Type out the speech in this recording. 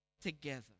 together